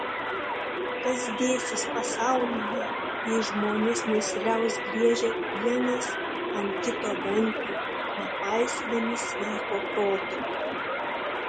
kas dėsis pasaulyje jei žmonės nesiliaus griežę vienas ant kito dantį nepaisydami sveiko proto